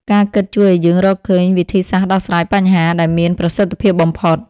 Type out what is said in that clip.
ការគិតជួយឱ្យយើងរកឃើញវិធីសាស្ត្រដោះស្រាយបញ្ហា ដែលមានប្រសិទ្ធភាពបំផុត។